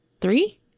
three